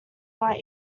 while